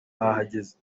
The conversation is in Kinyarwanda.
bahageze